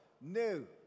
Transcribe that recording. new